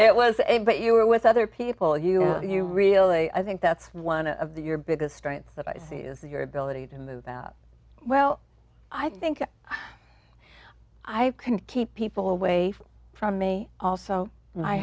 it was a but you were with other people you know you really i think that's one of the your biggest strengths that i see is your ability to move about well i think i i can keep people away from me also